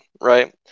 right